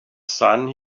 sun